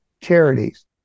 charities